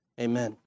amen